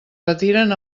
retiren